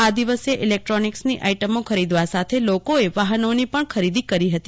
આ દિવસે ઈલેક્ટોનીક આઈટમો ખરીદવા સાથે લોકોએ વાહનોની પણ ખરીદી કરી હતી